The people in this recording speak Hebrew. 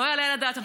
לא יעלה על הדעת.